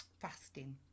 fasting